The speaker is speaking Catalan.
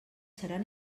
seran